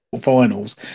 finals